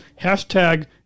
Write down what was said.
hashtag